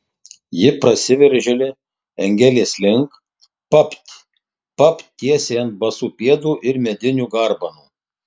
ji prasiveržia angelės link papt papt tiesiai ant basų pėdų ir medinių garbanų